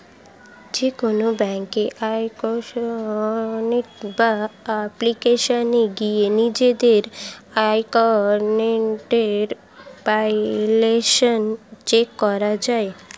যেকোনো ব্যাংকের ওয়েবসাইট বা অ্যাপ্লিকেশনে গিয়ে নিজেদের অ্যাকাউন্টের ব্যালেন্স চেক করা যায়